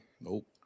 Nope